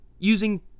using